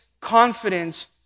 confidence